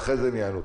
ואחרי זה הם יענו.